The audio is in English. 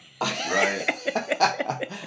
right